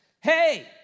hey